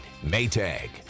maytag